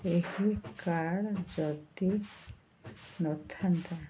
ଏହି କାର୍ଡ଼ ଯଦି ନଥାନ୍ତା